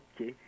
Okay